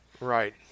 Right